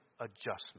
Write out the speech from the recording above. adjustment